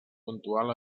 puntual